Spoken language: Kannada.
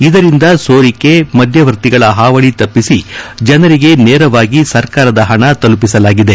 ಇದರಿಂದ ಸೋರಿಕೆ ಮಧ್ಯವರ್ತಿಗಳ ಹಾವಳಿ ತಪ್ಪಿಸಿ ಜನರಿಗೆ ನೇರವಾಗಿ ಸರ್ಕಾರದ ಹಣ ತಲುಪಿಸಲಾಗಿದೆ